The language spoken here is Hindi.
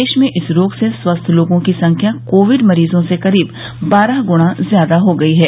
देश में इस रोग से स्वस्थ लोगों की संख्या कोविड मरीजों से करीब बारह गुणा ज्यादा हो गई है